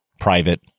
private